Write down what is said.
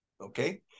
Okay